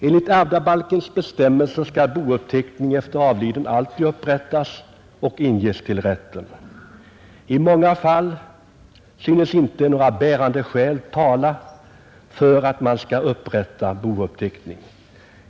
Enligt ärvdabalkens bestämmelser skall bouppteckning efter avliden alltid upprättas och inges till rätten. I många fall synes inte några bärande skäl tala för att man skall upprätta bouppteckning.